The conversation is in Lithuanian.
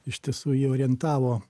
iš tiesų jį orientavo